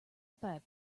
pipe